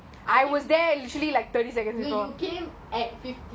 back to we came back right on time so we here for the countdown